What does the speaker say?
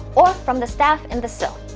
or from the staff in the cill.